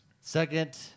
Second